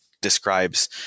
describes